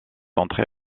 enterrée